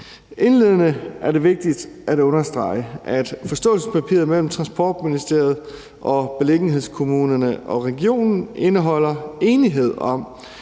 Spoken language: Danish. Indledningsvis er det vigtigt at understrege, at forståelsespapiret mellem Transportministeriet og beliggenhedskommunerne og regionen indeholder en enighed om,